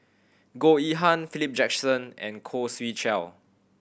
Goh Yihan Philip Jackson and Khoo Swee Chiow